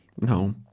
No